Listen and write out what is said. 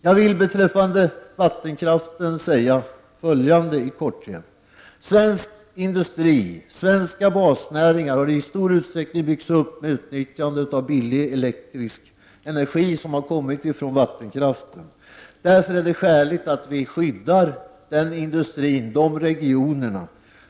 Jag vill beträffande vattenkraften i korthet säga följande. Svensk industri, svenska basnäringar, har i stor utsträckning byggts ut med utnyttjande av billig elektrisk energi, som har kommit från vattenkraften. Därför är det skäligt att vi skyddar den industrin och de regionerna.